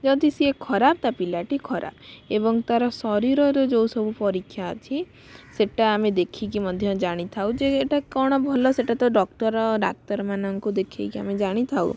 ଯଦି ସିଏ ଖରାପ ତା'ପିଲାଟି ଖରାପ ଏବଂ ତା'ର ଶରୀରରେ ଯେଉଁ ସବୁ ପରୀକ୍ଷା ଅଛି ସେଇଟା ଆମେ ଦେଖିକି ମଧ୍ୟ ଜାଣିଥାଉ ଯେ ଏଇଟା କ'ଣ ଭଲ ସେଇଟା ତ ଡ଼କ୍ଟର ଡ଼ାକ୍ତରମାନଙ୍କୁ ଦେଖାଇକି ଆମେ ଜାଣିଥାଉ